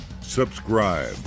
subscribe